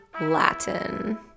Latin